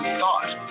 thought